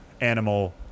animal